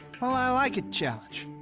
well i like a challenge.